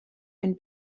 and